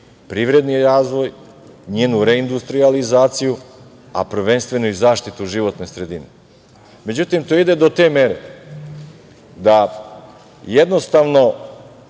privredni razvoj, njenu reindustrijalizaciju, a prvenstveno i zaštitu životne sredine.Međutim, to ide do te mere da jednostavno